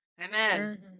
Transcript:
Amen